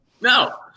No